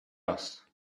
else